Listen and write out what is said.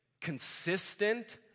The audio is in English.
Consistent